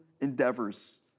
endeavors